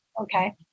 Okay